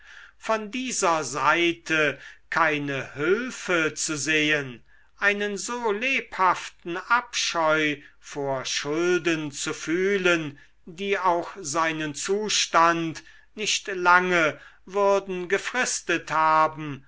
von dieser seite keine hülfe zu sehen einen so lebhaften abscheu vor schulden zu fühlen die auch seinen zustand nicht lange würden gefristet haben